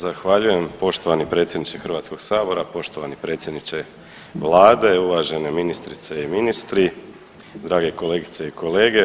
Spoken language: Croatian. Zahvaljujem poštovani predsjedniče HS-a, poštovani predsjedniče Vlade, uvažene ministrice i ministri, drage kolegice i kolege.